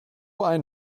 ein